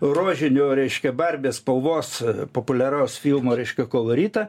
rožinio reiškia barbės spalvos populiaraus filmo reiškia koloritą